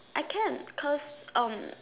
I can cause um